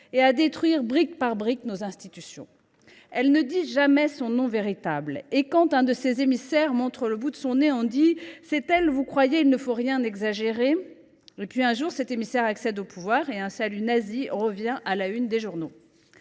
et à détruire brique par brique nos institutions. L’extrême droite ne dit jamais son nom véritable. Quand l’un de ses émissaires montre le bout de son nez, on dit :« C’est elle, vous croyez ? Il ne faut rien exagérer… » Puis un jour, cet émissaire accède au pouvoir et un salut nazi fait de nouveau la une des journaux.